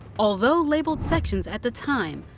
although like called sections at the time,